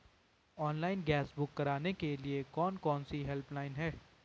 Online gas book करने के लिए कौन कौनसी हेल्पलाइन हैं?